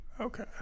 Okay